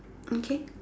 okay